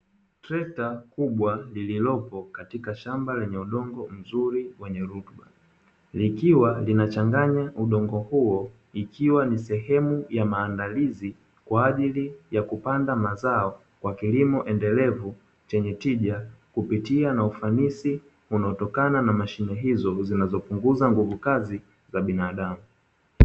Trekta kubwa lilolopo katika shamba lenye udongo mzuri wenye rutuba, likiwa linachanganya udongo huo ikiwa ni sehemu ya maandalizi kwa ajili ya kupanda mazao kwa kilimo endelevu chenye tija kupitia na ufanisi unaotokana na mashine hizo zinazopunguza nguvu kazi za binadamu.